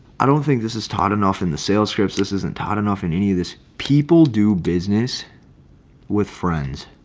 i don't think this is taught enough in the sales scripts. this isn't taught enough in any of this. people do business with friends.